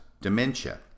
dementia